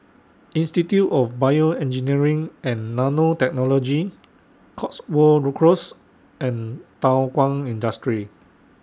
Institute of Bioengineering and Nanotechnology Cotswold Close and Thow Kwang Industry